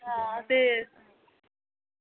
आं फिर